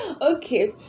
okay